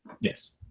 Yes